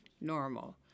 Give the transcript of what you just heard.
normal